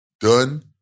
done